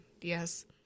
Yes